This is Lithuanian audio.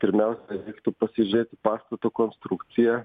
pirmiausia reiktų pasižiūrėti pastato konstrukciją